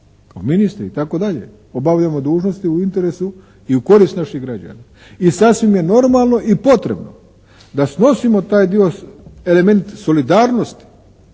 kao ministri itd., obavljamo dužnosti u interesu i u korist naših građana. I sasvim je normalno i potrebno da snosimo taj dio, element solidarnosti